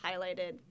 highlighted